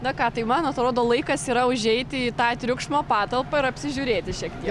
na ką tai man atrodo laikas yra užeiti į tą triukšmo patalpą ir apsižiūrėti šiek tiek